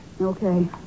Okay